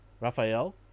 Raphael